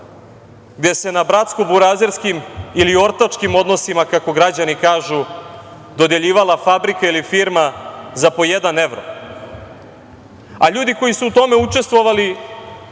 gde se na bratsko-burazerskim i ortačkim odnosima, kako građani kažu, dodeljivala fabrika ili firma za po jedan evro, a ljudi koji su u tome učestvovali